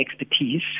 expertise